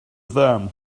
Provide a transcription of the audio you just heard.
them